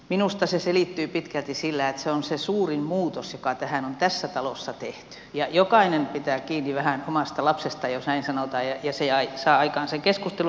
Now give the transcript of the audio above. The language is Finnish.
minusta se selittyy pitkälti sillä että se on se suurin muutos joka tähän on tässä talossa tehty ja jokainen pitää kiinni vähän omasta lapsestaan jos näin sanotaan ja se saa aikaan sen keskustelun